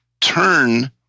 turn